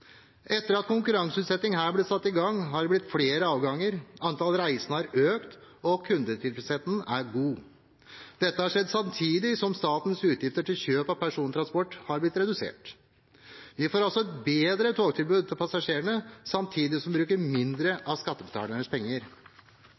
Etter at konkurranseutsetting ble satt i gang, har det blitt flere avganger, antall reisende har økt, og kundetilfredsheten er god. Dette har skjedd samtidig som statens utgifter til kjøp av persontransport har blitt redusert. Vi får altså et bedre togtilbud til passasjerene samtidig som vi bruker mindre